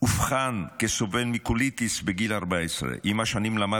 אובחן כסובל מקוליטיס בגיל 14. עם השנים למד